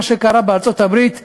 מה שקרה בארצות-הברית ב-NBA,